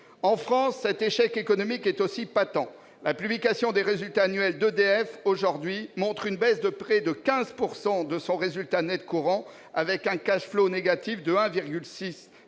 En France, cet échec économique est aussi patent. La publication des résultats annuels d'EDF montre une baisse de près de 15 % de son résultat net courant, avec un négatif de 1,6